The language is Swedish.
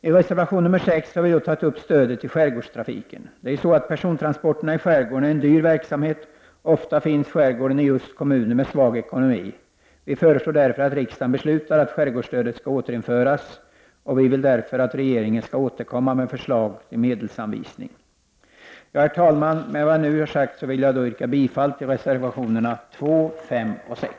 I reservation nr 6 har vi tagit upp stödet till skärgårdstrafiken. Persontransporterna i skärgården är en dyr verksamhet. Ofta finns skärgården i just kommuner med svag ekonomi. Vi föreslår därför att riksdagen beslutar att skärgårdsstödet skall återinföras, och vi vill därför att regeringen skall återkomma med förslag till medelsanvisning. Herr talman! Med det jag nu har sagt vill jag yrka bifall till reservationerna 2, 5 och 6.